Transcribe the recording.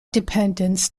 dependence